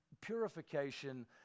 purification